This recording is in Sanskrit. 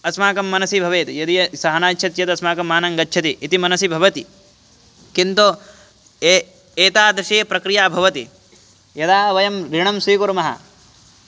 अस्माकं मनसि भवेत् यदि सः न यच्छति चेत् अस्माकं मानङ्गच्छति इति मनसि भवति किन्तु ए एतादृशी प्रक्रिया भवति यदा वयम् ऋणं स्वीकुर्मः